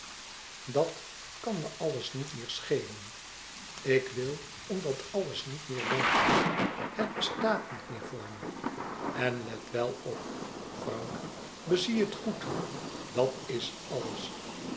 dat kan me alles niet meer schelen ik wil om dat alles niet meer denken het bestaat niet meer voor me en let wel op frank bezie het goed dat is alles